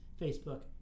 Facebook